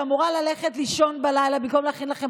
שאמורה ללכת לישון בלילה במקום להכין לכם